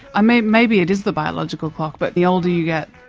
maybe maybe it is the biological clock, but the older you get,